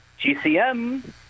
GCM